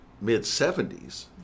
mid-70s